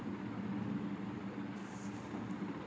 తీర ప్రాంత భూమి లో మామిడి పంట పథకాల ఎలా ఉంటుంది?